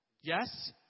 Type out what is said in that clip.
Yes